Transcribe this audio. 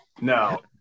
no